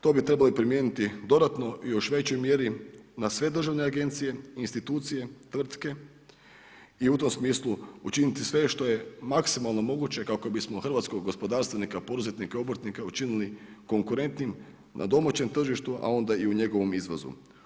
To bi trebalo primijeniti dodatno i u još većoj mjeri na sve državne agencije, institucije, tvrtke i u tom smislu učiniti sve što je maksimalno moguće kako bismo hrvatskog gospodarstvenika, poduzetnika i obrtnika učinili konkurentnim na domaćem tržištu a onda i u njegovom izvozu.